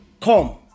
Come